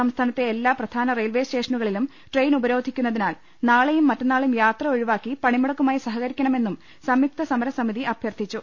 സംസ്ഥാനത്തെ എല്ലാ പ്രധാന റെയിൽവേ സ്റ്റേഷനുകളിലും ട്രെയിൻ ഉപരോ ധിക്കുന്നതിനാൽ നാളെയും മറ്റന്നാളും യാത്ര ഒഴിവാക്കി പണിമുടക്കുമായി സഹകരിക്കണമെന്നും സംയുക്ത സമ രസമിതി അഭ്യർത്ഥിച്ചു